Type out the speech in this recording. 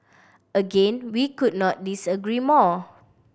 again we could not disagree more